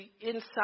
inside